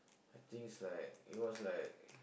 I think is like it was like